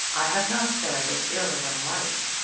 i have not fared as ill as i might.